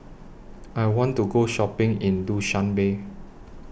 I want to Go Shopping in Dushanbe